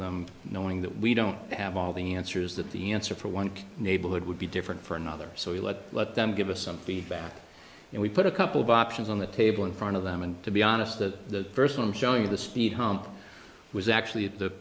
them knowing that we don't have all the answers that the answer for one neighborhood would be different for another so we let let them give us something back and we put a couple of options on the table in front of them and to be honest the first one showing you the speed hump was actually at the